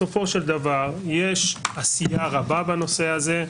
בסופו של דבר, יש עשייה רבה בנושא הזה.